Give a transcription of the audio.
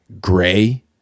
Gray